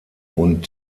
und